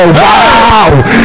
wow